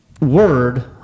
word